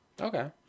Okay